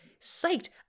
psyched